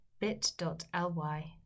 Bit.ly